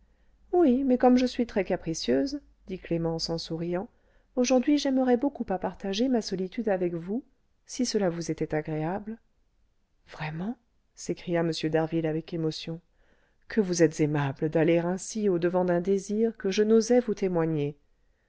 oui mais comme je suis très capricieuse dit clémence en souriant aujourd'hui j'aimerais beaucoup à partager ma solitude avec vous si cela vous était agréable vraiment s'écria m d'harville avec émotion que vous êtes aimable d'aller ainsi au-devant d'un désir que je n'osais vous témoigner